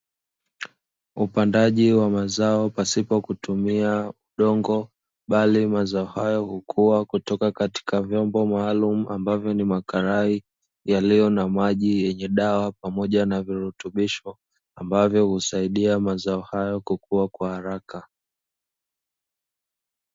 Upandaji wa mazao pasipo kutumia udongo, bali mazao hayo hukuwa kutoka katika vyombo maalumu ambavyo ni makarai, yaliyo na maji yenye dawa pamoja na virutubisho, ambavyo husaidia mazao hayo kukua kwa haraka.